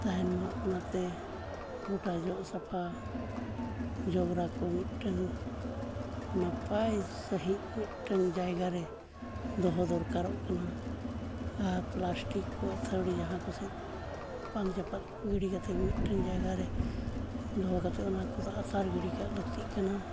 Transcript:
ᱛᱟᱦᱮᱱᱢᱟ ᱚᱱᱟᱛᱮ ᱜᱚᱴᱟ ᱡᱚᱜ ᱥᱟᱯᱷᱟ ᱡᱚᱵᱽᱨᱟ ᱠᱚ ᱢᱤᱫᱴᱟᱝ ᱱᱟᱯᱟᱭ ᱥᱟᱹᱦᱤᱡ ᱢᱤᱫᱴᱟᱹᱝ ᱡᱟᱭᱜᱟᱨᱮ ᱫᱚᱦᱚ ᱫᱚᱨᱠᱟᱨᱚᱜ ᱠᱟᱱᱟ ᱟᱨ ᱯᱞᱟᱥᱴᱤᱠ ᱠᱚ ᱟᱹᱛᱷᱟᱹᱣᱲᱤ ᱡᱟᱦᱟᱸ ᱠᱚᱥᱮᱫ ᱵᱟᱝ ᱪᱟᱯᱟᱫ ᱜᱤᱰᱤ ᱠᱟᱛᱮᱫ ᱢᱤᱫᱴᱟᱝ ᱡᱟᱭᱜᱟᱨᱮ ᱫᱚᱦᱚ ᱠᱟᱛᱮᱫ ᱚᱱᱟ ᱠᱚᱫᱚ ᱟᱛᱟᱨ ᱜᱤᱰᱤ ᱠᱟᱜ ᱞᱟᱹᱠᱛᱤᱜ ᱠᱟᱱᱟ